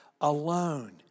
alone